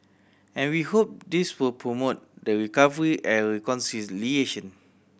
and we hope this will promote the recovery and reconciliation